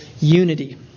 unity